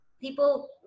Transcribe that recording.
People